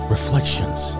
Reflections